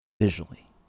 Visually